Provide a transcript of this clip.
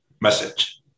message